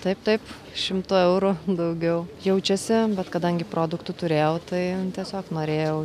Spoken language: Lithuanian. taip taip šimtu eurų daugiau jaučiasi bet kadangi produktų turėjau tai tiesiog norėjau